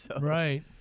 Right